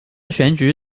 选举